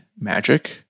Magic